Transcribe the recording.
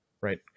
right